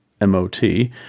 M-O-T